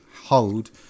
hold